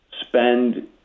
spend